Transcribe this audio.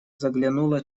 заглянула